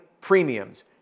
premiums